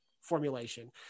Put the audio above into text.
formulation